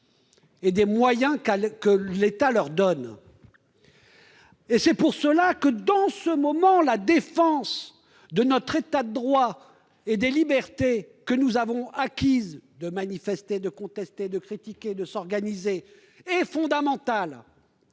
et des moyens que l'État leur donne ? C'est la raison pour laquelle la défense de notre état de droit et des libertés, que nous avons acquises, de manifester, de contester, de critiquer, de nous organiser sont fondamentales.